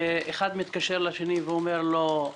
ואחד מתקשר לשני, ואומר לו,